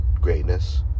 greatness